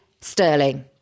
Sterling